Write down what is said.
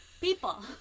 people